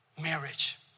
marriage